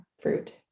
fruit